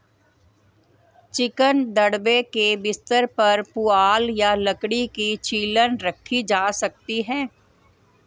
chicken दड़बे के बिस्तर पर पुआल या लकड़ी की छीलन रखी जा सकती है